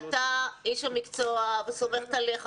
אתה איש המקצוע וסומכת עליך,